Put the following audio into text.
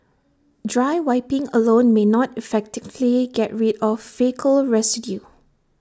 dry wiping alone may not effectively get rid of faecal residue